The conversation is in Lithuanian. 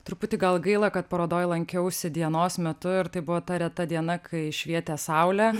truputį gal gaila kad parodoj lankiausi dienos metu ir tai buvo ta reta diena kai švietė saulė